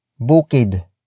Bukid